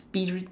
P dig